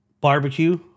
barbecue